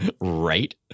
Right